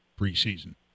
preseason